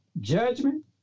judgment